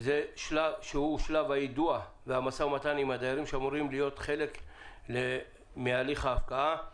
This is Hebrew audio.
יהיה שלב היידוע והמשא ומתן עם הדיירים שאמורים להיות חלק מהליך ההפקעה.